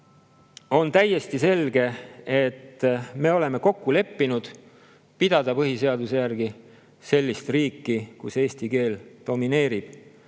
on täiesti selge, et me oleme kokku leppinud pidada põhiseaduse järgi sellist riiki, kus eesti keel domineerib.